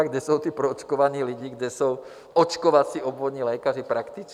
Kde jsou ti proočkovaní lidé, kde jsou očkovací obvodní lékaři, praktici?